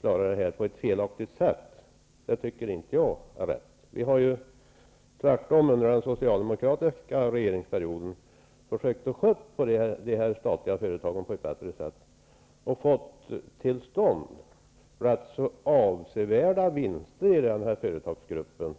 klara detta -- det tycker inte jag är rätt. Vi har ju under den socialdemokratiska regeringsperioden försökt sköta dessa statliga företag på ett bättre sätt, och fått till stånd avsevärda vinster i den här företagsgruppen.